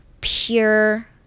pure